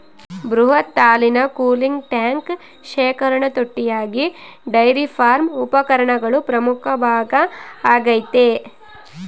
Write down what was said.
ಬೃಹತ್ ಹಾಲಿನ cooling tank ಶೇಖರಣಾ ತೊಟ್ಟಿಯಾಗಿ ಡೈರಿ ಫಾರ್ಮ್ ಉಪಕರಣಗಳ ಪ್ರಮುಖ ಭಾಗ ಆಗೈತೆ